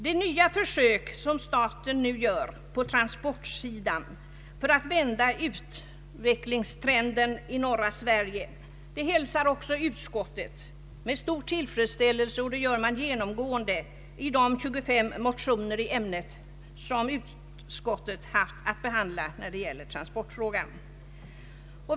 De nya försök som staten nu gör på transportsidan för att vända utvecklingstrenden i norra Sverige hälsar utskottet genomgående med stor tillfredsställelse och detta framkommer även i de 25 motioner i ämnet som utskottet haft att behandla rörande transportfrå gan.